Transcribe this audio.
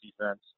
defense